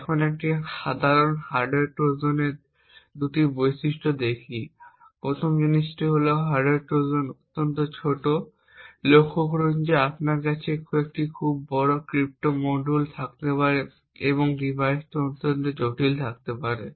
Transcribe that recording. এখন আমরা একটি সাধারণ হার্ডওয়্যার ট্রোজানের দুটি বৈশিষ্ট্য দেখি প্রথম জিনিসটি হল হার্ডওয়্যার ট্রোজান অত্যন্ত ছোট লক্ষ্য করুন যে আপনার কাছে একটি খুব বড় ক্রিপ্টো মডিউল থাকতে পারে এবং ডিভাইসটি অত্যন্ত জটিল হতে পারে